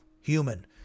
human